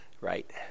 Right